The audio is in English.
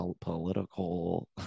political